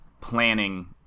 planning